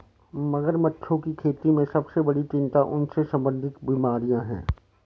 मगरमच्छों की खेती में सबसे बड़ी चिंता उनसे संबंधित बीमारियां हैं?